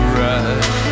right